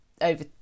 over